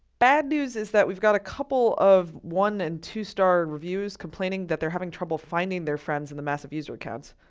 bad news is that we've got a couple of one and two star reviews complaining that they're having trouble finding their friends in the massive user accounts.